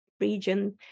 region